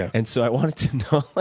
and so i wanted to know,